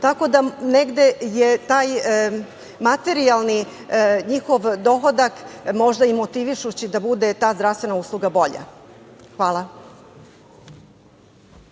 Tako da, negde je taj materijalni njihov dohodak možda i motivišući da bude ta zdravstvena usluga bolja. Hvala.